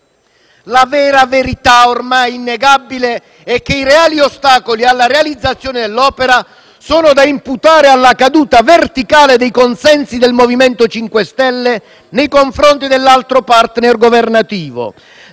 La verità, ormai innegabile, è che i reali ostacoli alla realizzazione dell'opera sono da imputare alla caduta verticale dei consensi del MoVimento 5 Stelle nei confronti dell'altro *partner* governativo,